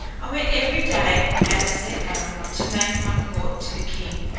i went every day at a set hour to make my court to the king,